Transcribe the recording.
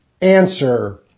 Answer